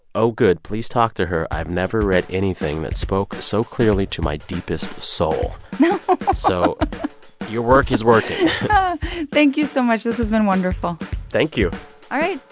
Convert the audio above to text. oh, good. please talk to her. i've never read anything that spoke so clearly to my deepest soul oh so your work is working thank you so much. this has been wonderful thank you all right,